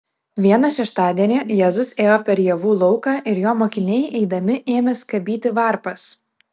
vieną šeštadienį jėzus ėjo per javų lauką ir jo mokiniai eidami ėmė skabyti varpas